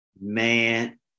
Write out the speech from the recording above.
Man